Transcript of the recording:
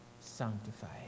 sanctified